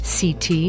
CT